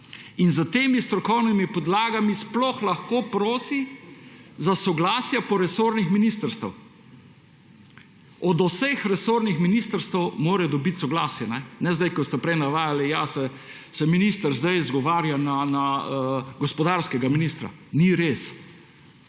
S temi strokovnimi podlagami sploh lahko prosi za soglasje po resornih ministrstev. Od vseh resornih ministrstev mora dobiti soglasje. Ne zdaj, ko ste prej navajali – ja, se minister zdaj izgovarja na gospodarskega ministra. Ni res.